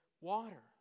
water